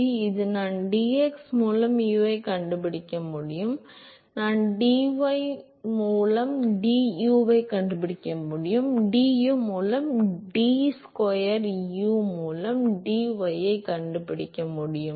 எனவே இப்போது நான் dx மூலம் u கண்டுபிடிக்க முடியும் நான் dy மூலம் du கண்டுபிடிக்க முடியும் நீங்கள் du மூலம் d ஸ்கொயர் u மூலம் dy ஸ்கொயர் மூலம் கண்டுபிடிக்க முடியும்